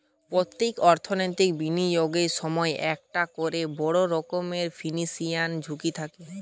পোত্তেক অর্থনৈতিক বিনিয়োগের সময়ই একটা কোরে বড় রকমের ফিনান্সিয়াল ঝুঁকি থাকে